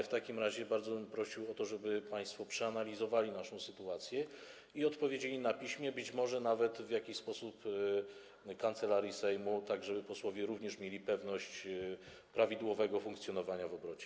W takim razie bardzo bym prosił o to, żeby państwo przeanalizowali naszą sytuację i odpowiedzieli na piśmie, być może nawet w jakiś sposób Kancelarii Sejmu, tak żeby posłowie mieli pewność prawidłowego funkcjonowania w obrocie.